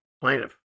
plaintiff